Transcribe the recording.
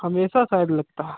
हमेशा शायद लगता